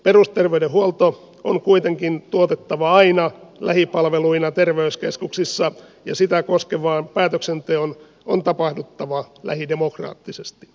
perusterveydenhuolto on kuitenkin tuotettava aina lähipalveluina terveyskeskuksissa ja sitä koskevan päätöksenteon on tapahduttava lähidemokraattisesti